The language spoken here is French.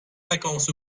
vacances